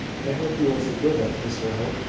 i hope you will forgive it, mr hope.